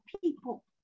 people